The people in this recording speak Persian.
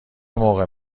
موقع